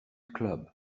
club